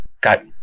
got